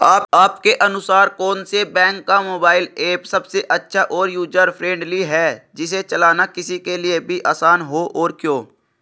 आपके अनुसार कौन से बैंक का मोबाइल ऐप सबसे अच्छा और यूजर फ्रेंडली है जिसे चलाना किसी के लिए भी आसान हो और क्यों?